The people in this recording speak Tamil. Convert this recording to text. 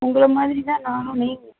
உங்களை மாதிரி தான் நானும்